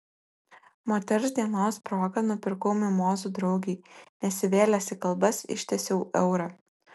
moters dienos proga nupirkau mimozų draugei nesivėlęs į kalbas ištiesiau eurą